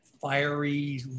fiery